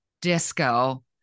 disco